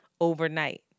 overnight